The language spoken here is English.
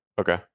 Okay